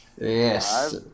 yes